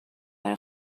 برا